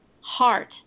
heart